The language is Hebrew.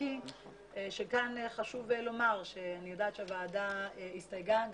נקי וכאן חשוב לומר שאני יודעת שהוועדה הסתייגה.